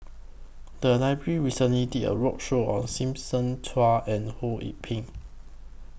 The Library recently did A roadshow on Simon Chua and Ho Yee Ping